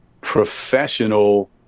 professional